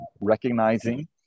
Recognizing